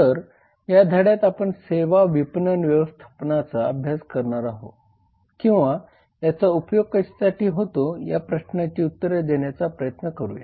तर या धड्यात आपण सेवा विपणन व्यवस्थापनाचा अभ्यास का करावा किंवा याचा उपयोग कशासाठी होतो या प्रश्नाची उत्तरे देण्याचा प्रयत्न करूया